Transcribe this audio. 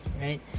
right